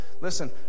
listen